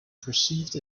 perceived